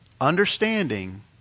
Understanding